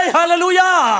Hallelujah